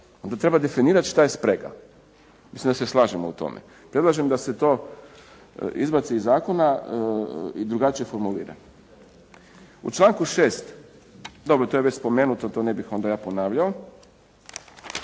treba definirati što je sprega. Mislim da se slažemo u tome. Predlažem da se to izbaci iz zakona i drugačije formulira. U članku 6., dobro to je spomenuto, to ne bih onda ja ponavljao.